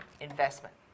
investment